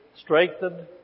strengthened